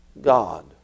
God